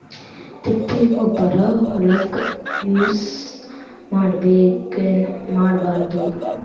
ತಿಪ್ಪಿಗೊಬ್ಬರ ಹೊಲಕ ಯೂಸ್ ಮಾಡಬೇಕೆನ್ ಮಾಡಬಾರದು?